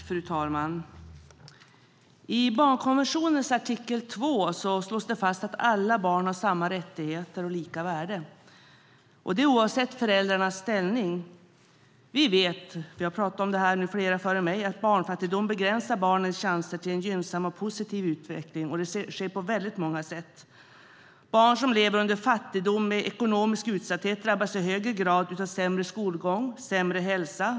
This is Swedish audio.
Fru talman! I barnkonventionens artikel 2 slås det fast att alla barn har samma rättigheter och lika värde, oavsett föräldrarnas ställning. Vi vet - flera före mig har pratat om detta - att barnfattigdom begränsar barnens chanser till en gynnsam och positiv utveckling. Det sker på väldigt många sätt. Barn som lever under fattigdom med ekonomisk utsatthet drabbas i högre grad av sämre skolgång och sämre hälsa.